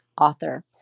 author